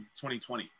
2020